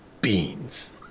beans